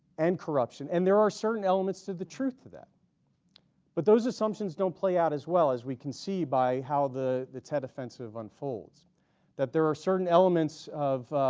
and corruption and there are certain elements to the truth to that but those assumptions don't play out as well as we can see by how the the tet offensive unfolds that there are certain elements of